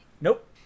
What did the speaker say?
Nope